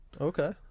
Okay